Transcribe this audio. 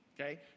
Okay